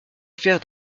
faire